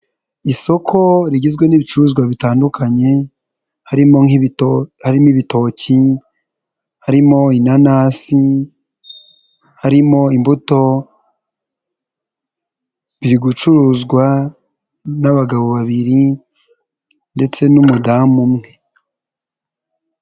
Isoko rigizwe n'ibicuruzwa bitandukanye harimo nk'ibito, harimo ibitoki, harimo inanasi, harimo imbuto, biri gucuruzwa n'abagabo babiri ndetse n'umudamu umwe.